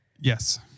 Yes